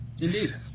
Indeed